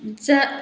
जा